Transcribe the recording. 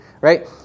right